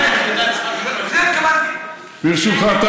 ברשותך,